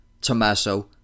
Tommaso